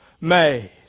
made